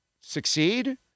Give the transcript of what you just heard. succeed